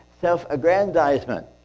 self-aggrandizement